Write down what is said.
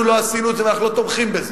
אנחנו לא עשינו את זה ואנחנו לא תומכים בזה.